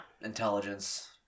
intelligence